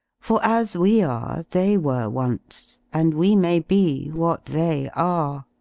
for as we are they were once, and we may be what they are.